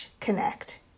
connect